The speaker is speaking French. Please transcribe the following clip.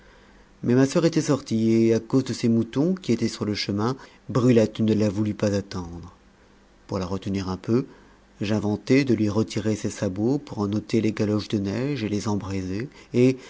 mais ma soeur était sortie et à cause de ses moutons qui étaient sur le chemin brulette ne la voulut pas attendre pour la retenir un peu j'inventai de lui retirer ses sabots pour en ôter les galoches de neige et les embraiser et